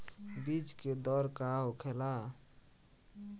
बीज के दर का होखेला?